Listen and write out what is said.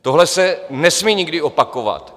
Tohle se nesmí nikdy opakovat.